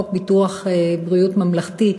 חוק ביטוח בריאות ממלכתי,